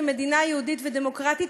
כמדינה יהודית ודמוקרטית,